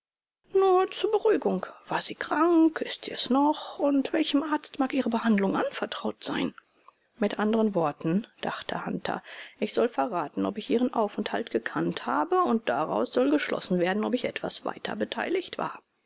nur zur beruhigung war sie krank ist sie es noch und welchem arzt mag ihre behandlung anvertraut sein mit anderen worten dachte hunter ich soll verraten ob ich ihren aufenthalt gekannt habe und daraus soll geschlossen werden ob ich etwa weiter beteiligt war